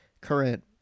current